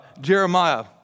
Jeremiah